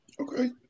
Okay